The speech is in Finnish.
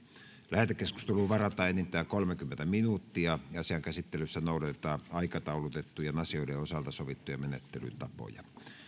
lähetekeskusteluun varataan enintään kolmekymmentä minuuttia asian käsittelyssä noudatetaan aikataulutettujen asioiden osalta sovittuja menettelytapoja